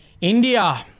India